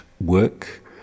work